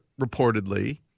reportedly